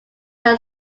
than